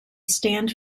stand